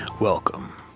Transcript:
Welcome